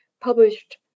published